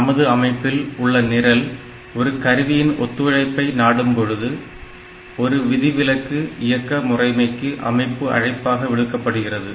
நமது அமைப்பில் உள்ள நிரல் ஒரு கருவியின் ஒத்துழைப்பை நாடும்போது ஒரு விதிவிலக்கு இயக்க முறைமைக்கு அமைப்பு அழைப்பாக விடுக்கப்படுகிறது